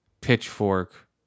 pitchfork